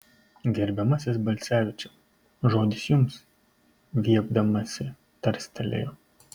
gerbiamasis balcevičiau žodis jums viepdamasi tarstelėjo